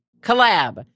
Collab